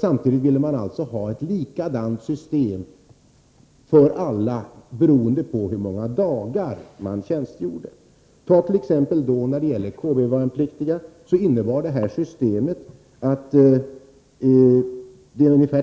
Samtidigt ville man ha ett likadant system för alla, som baserades på hur många dagar den värnpliktige hade tjänstgjort. Detta rör ungefär